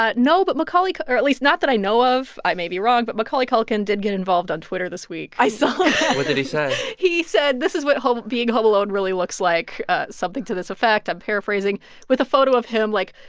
ah no. but macaulay or, at least, not that i know of. i may be wrong. but macaulay culkin did get involved on twitter this week i saw that what did he say? he said, this is what being home alone really looks like something to this effect i'm paraphrasing with a photo of him, like,